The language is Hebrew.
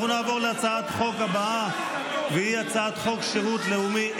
להוציא את כל חברי הכנסת שצועקים החוצה.